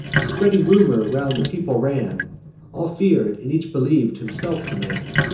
the spreading rumor round the people ran all fear'd, and each believ'd himself the man.